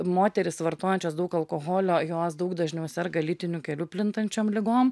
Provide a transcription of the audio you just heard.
moterys vartojančios daug alkoholio jos daug dažniau serga lytiniu keliu plintančiom ligom